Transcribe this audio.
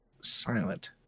silent